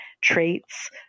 traits